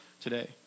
today